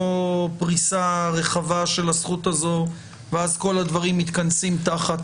או פריסה רחבה של הזכות הזו ואז כל הדברים מתכנסים תחת